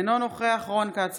אינו נוכח רון כץ,